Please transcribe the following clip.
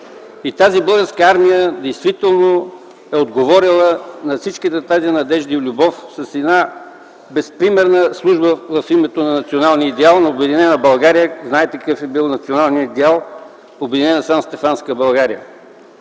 Тази Българска армия действително е отговорила на всичките тези надежди и любов с една безпримерна служба в името на националния идеал за обединена България. Знаете какъв е бил националният идеал – обединена Санстефанска България.